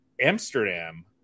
Amsterdam